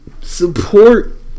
support